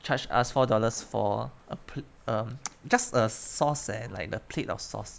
charge us four dollars for a pl~ um just a sauce eh like the plate of sauce